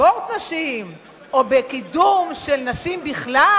ספורט נשים או בקידום של נשים בכלל.